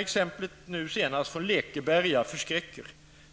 Exemplet Lekeberga förskräcker.